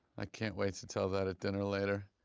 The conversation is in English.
i can't wait to tell that at dinner later.